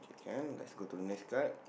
can let us go to next card